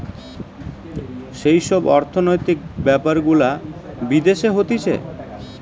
যেই সব অর্থনৈতিক বেপার গুলা বিদেশে হতিছে